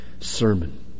sermon